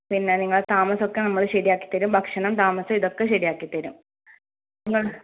പിന്നെ നിങ്ങളുടെ താമസം ഒക്കെ നമ്മൾ ശരിയാക്കി തരും ഭക്ഷണം താമസം ഇതൊക്കെ ശരിയാക്കി തരും